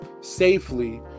safely